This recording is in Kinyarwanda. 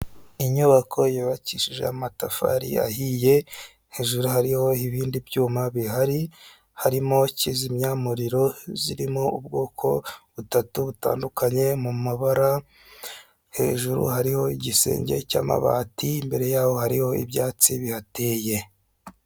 Inyubako yubakishije amatafari ahiye hejuru hariho ibindi byuma bihari, harimo kizimyamuriro zirimo ubwoko butatu butandukanye, mu mabara hejuru hariho igisenge cy'amabati imbere yaho hariho ibyatsi biyateye.